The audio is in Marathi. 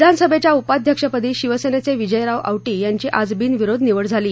विधानसभेच्या उपाध्यक्षपदी शिवसेनेचे विजय औटी यांची आज बिनविरोध निवड झाली